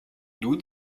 nun